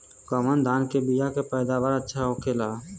कवन धान के बीया के पैदावार अच्छा होखेला?